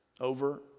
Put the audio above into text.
over